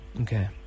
Okay